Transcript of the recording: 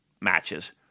matches